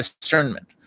discernment